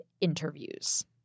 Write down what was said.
interviews